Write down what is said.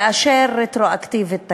לאשר רטרואקטיבית תקציב,